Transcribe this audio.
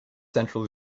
central